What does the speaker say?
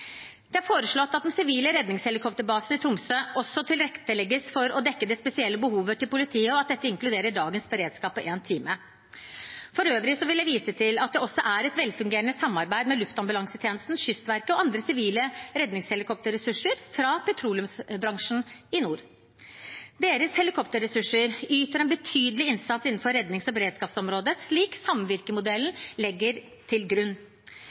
Det er foreslått at den sivile redningshelikopterbasen i Tromsø også tilrettelegges for å dekke det spesielle behovet til politiet, og at dette inkluderer dagens beredskap på én time. For øvrig vil jeg vise til at det også er et velfungerende samarbeid med Luftambulansetjenesten, Kystverket og andre sivile redningshelikopterressurser fra petroleumsbransjen i nord. Deres helikopterressurser yter en betydelig innsats innenfor rednings- og beredskapsområdet, slik samvirkemodellen legger til grunn.